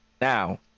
Now